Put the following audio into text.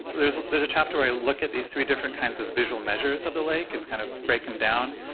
there's there's a chapter where i look at these three different kinds of visual measures of the lake and kind of break them down.